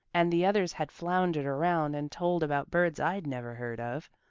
and the others had floundered around and told about birds i'd never heard of.